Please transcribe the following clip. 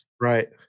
Right